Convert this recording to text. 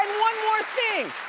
one more thing.